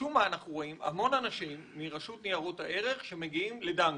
משום מה אנחנו רואים המון אנשים מרשות ניירות ערך מגיעים לדנקנר.